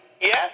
Yes